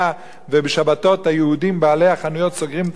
ובשבתות היהודים בעלי החנויות סוגרים את החנויות.